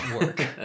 work